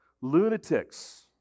lunatics